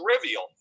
trivial